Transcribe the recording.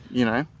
you know,